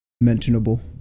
mentionable